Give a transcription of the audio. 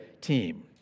team